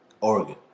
Oregon